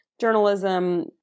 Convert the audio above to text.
journalism